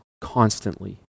constantly